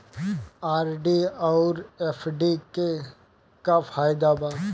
RD आउर FD के का फायदा बा?